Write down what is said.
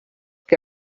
que